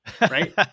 Right